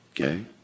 Okay